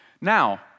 Now